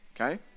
Okay